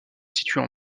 située